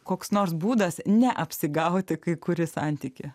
koks nors būdas neapsigauti kai kuri santykį